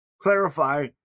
Clarify